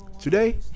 today